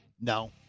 No